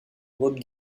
rod